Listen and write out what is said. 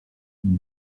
une